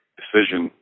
decision